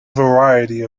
variety